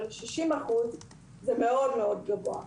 אבל 60 אחוזים זה מאוד מאוד גבוה.